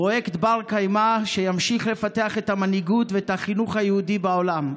פרויקט בר-קיימא שימשיך לפתח את המנהיגות ואת החינוך היהודי בעולם.